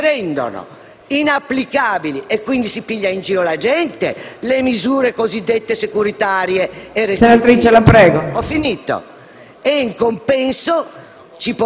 che rendono inapplicabili - e quindi si prende in giro la gente - le misure cosiddette securitarie, e